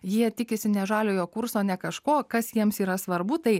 jie tikisi ne žaliojo kurso ne kažko kas jiems yra svarbu tai